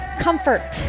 comfort